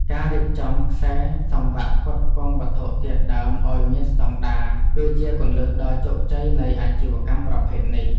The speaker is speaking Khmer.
ការរៀបចំខ្សែសង្វាក់ផ្គត់ផ្គង់វត្ថុធាតុដើមឱ្យមានស្តង់ដារ គឺជាគន្លឹះដ៏ជោគជ័យនៃអាជីវកម្មប្រភេទនេះ។